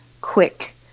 quick